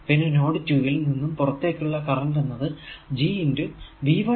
പിന്നെ നോഡ് 2 ൽ നിന്നും പുറത്തേക്കുള്ള കറന്റ് എന്നത് G